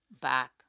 back